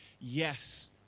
yes